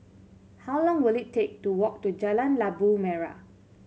how long will it take to walk to Jalan Labu Merah